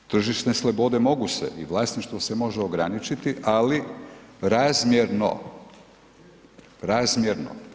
Tržišne slobode mogu se i vlasništvo se može ograničiti, ali razmjerno, razmjerno.